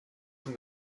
from